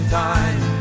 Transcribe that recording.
time